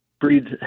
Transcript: breeds